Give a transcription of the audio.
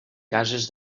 cases